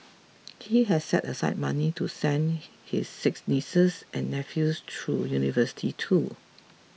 he has set aside money to send his six nieces and nephews through university too